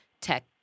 tech